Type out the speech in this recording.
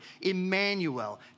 Emmanuel